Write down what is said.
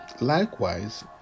likewise